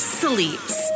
sleeps